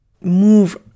move